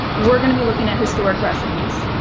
we're gonna be looking at historic recipes,